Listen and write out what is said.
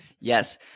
Yes